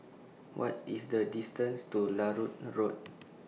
What IS The distance to Larut Road